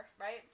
right